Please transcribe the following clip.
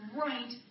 right